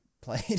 played